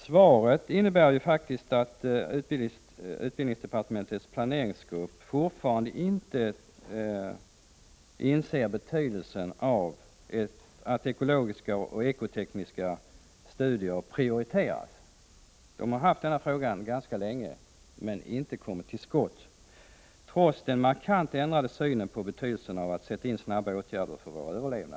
Svaret innebär att utbildningsdepartementets planeringsgrupp fortfarande inte inser betydelsen av att ekologiska och ekoteknologiska studier prioriteras. Man har haft denna fråga ganska länge utan att komma till skott, trots den markant ändrade synen på betydelsen av att sätta in snabba åtgärder för vår överlevnad.